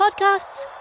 podcasts